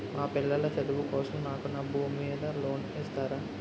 మా పిల్లల చదువు కోసం నాకు నా భూమి మీద లోన్ ఇస్తారా?